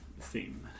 theme